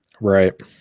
right